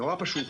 נורא פשוט,